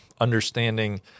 understanding